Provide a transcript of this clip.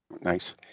Nice